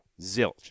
Zilch